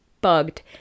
bugged